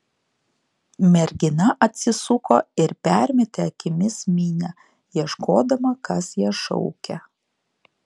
mergina atsisuko ir permetė akimis minią ieškodama kas ją šaukia